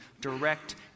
direct